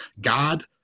God